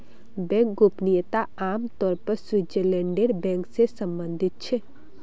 bank गोपनीयता आम तौर पर स्विटज़रलैंडेर बैंक से सम्बंधित छे